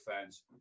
fans